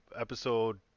episode